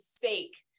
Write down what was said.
fake